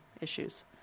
issues